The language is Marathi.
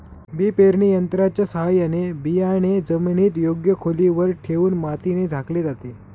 बी पेरणी यंत्राच्या साहाय्याने बियाणे जमिनीत योग्य खोलीवर ठेवून मातीने झाकले जाते